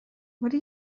muri